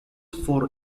for